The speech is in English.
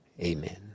Amen